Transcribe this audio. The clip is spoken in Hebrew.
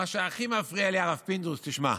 מה שהכי מפריע לי, הרב פינדרוס, תשמע.